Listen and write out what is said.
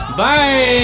bye